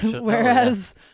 Whereas